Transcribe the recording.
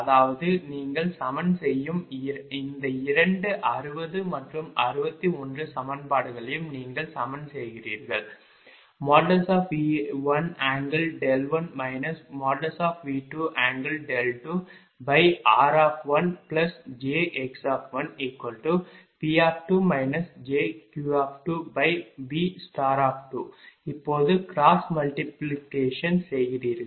அதாவது நீங்கள் சமன் செய்யும் இந்த இரண்டு 60 மற்றும் 61 சமன்பாடுகளையும் நீங்கள் சமன் செய்கிறீர்கள் V11 V22r1jxP2 jQ2V2 இப்போது கிராஸ் மல்டிப்ளிகேஷன் செய்கிறீர்கள்